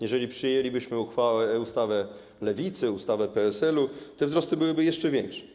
Jeżeli przyjęlibyśmy ustawę Lewicy, ustawę PSL-u, te wzrosty byłyby jeszcze większe.